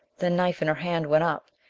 the knife in her hand went up.